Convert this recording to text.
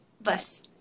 Bus